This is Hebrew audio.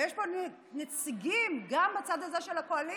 ויש פה נציגים, גם בצד הזה, של הקואליציה,